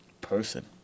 person